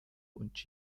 und